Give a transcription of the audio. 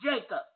Jacob